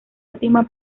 última